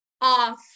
off